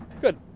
Good